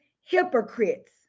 hypocrites